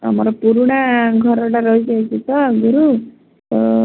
ଆମର ପୁରୁଣା ଘରଟା ରହିଯାଇଛି ତ ଆଗରୁ ତ